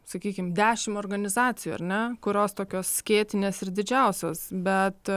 sakykim dešimt organizacijų ar ne kurios tokios skėtinės ir didžiausios bet